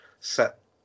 set